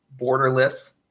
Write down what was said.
borderless